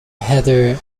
heather